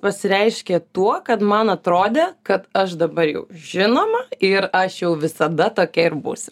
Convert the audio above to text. pasireiškė tuo kad man atrodė kad aš dabar jau žinoma ir aš jau visada tokia ir būsiu